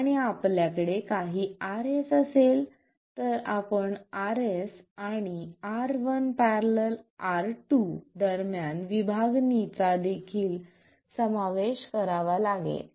आणि आपल्याकडे काही Rs असेल तरआपण Rs आणि R1 ║R2 दरम्यान विभागणीचा देखील समावेश करावा लागेल